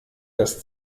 das